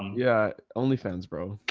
yeah only fans, bro.